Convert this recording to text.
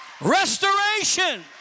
Restoration